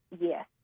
Yes